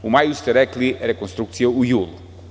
U maju ste rekli, rekonstrukcija u julu.